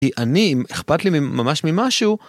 כי אני אם אכפת לי ממש ממשהו